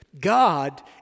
God